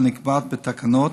הנקבעת בתקנות,